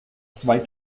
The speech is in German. zwei